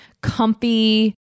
comfy